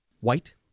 white